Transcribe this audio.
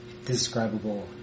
describable